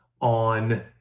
on